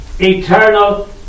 eternal